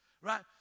Right